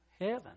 heaven